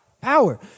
power